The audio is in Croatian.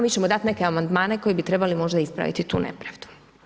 Mi ćemo dati neke amandmane koji bi trebali možda ispraviti tu nepravdu.